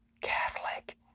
Catholic